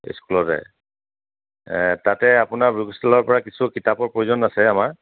স্কুলতে তাতে আপোনাৰ বুক ষ্টলৰ পৰা কিছু কিতাপৰ প্ৰয়োজন আছে আমাৰ